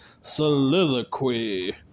soliloquy